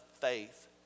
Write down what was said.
faith